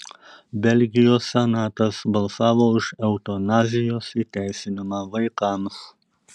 belgijos senatas balsavo už eutanazijos įteisinimą vaikams